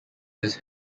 this